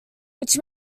which